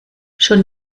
schon